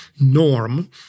norm